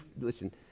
Listen